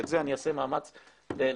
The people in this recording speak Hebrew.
אני אעשה מאמץ לתקן.